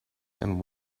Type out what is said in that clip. and